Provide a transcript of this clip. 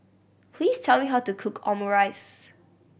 please tell me how to cook Omurice